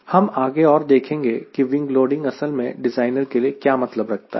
हम आगे और देखेंगे कि विंग लोडिंग असल में डिज़ाइनर के लिए क्या मतलब रखता है